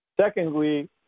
Secondly